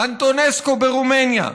אנטונסקו ברומניה,